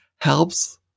helps